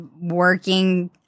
working